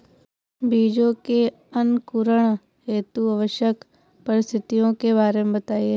बीजों के अंकुरण हेतु आवश्यक परिस्थितियों के बारे में बताइए